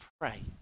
pray